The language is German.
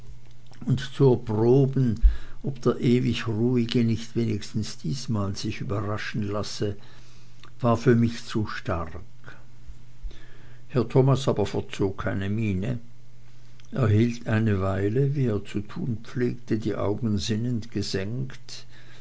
und zu erproben ob der ewig ruhige nicht wenigstens diesmal sich überraschen lasse war für mich zu stark herr thomas aber verzog keine miene er hielt eine weile wie er zu tun pflegte die augen sinnend gesenkt